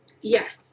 Yes